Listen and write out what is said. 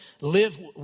live